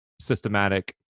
systematic